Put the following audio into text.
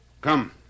Come